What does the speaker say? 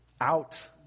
out